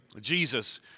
Jesus